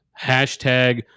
hashtag